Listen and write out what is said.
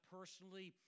Personally